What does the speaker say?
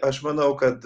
aš manau kad